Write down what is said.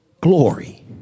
glory